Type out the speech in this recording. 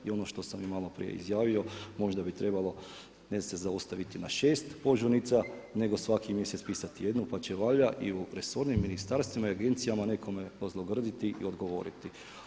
I ono što sam i malo prije izjavio, možda bi trebalo ne se zaustaviti na 6 požurnica, nego svaki mjesec pisati jednu pa će valjda i u resornim ministarstvima i agencijama nekome dozlogrditi i odgovoriti.